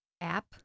app